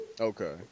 Okay